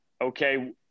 okay